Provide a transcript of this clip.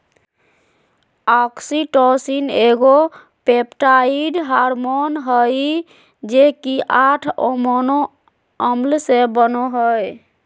oxytocin एगो peptide hormone हइ जे कि आठ अमोनो अम्ल से बनो हइ